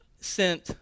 sent